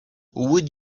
would